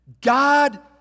God